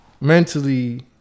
mentally